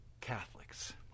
Catholics